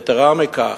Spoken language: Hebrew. יתירה מכך,